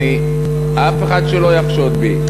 אף אחד שלא יחשוד בי.